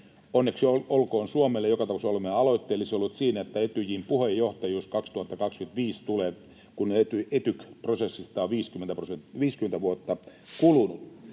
Onneksi olkoon Suomelle joka tapauksessa! Olemme aloitteellisia olleet siinä, että Etyjin puheenjohtajuus 2025 tulee, kun Etyk-prosessista on 50 vuotta kulunut.